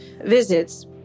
visits